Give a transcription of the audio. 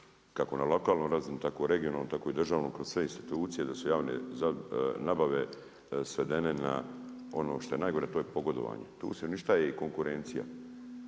kako na lokalnoj razini tako i regionalnoj, tako i državnoj kroz sve institucije, da su javne nabave svedene na ono što je najgore, a to je pogodovanje. Tu se uništava i konkurencija.